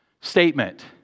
statement